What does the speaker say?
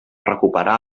recuperar